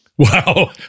Wow